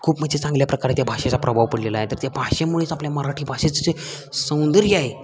खूप म्हणजे चांगल्या प्रकारे त्या भाषेचा प्रभाव पडलेला आहे तर त्या भाषेमुळेच आपल्या मराठी भाषेचं जे सौंदर्य आहे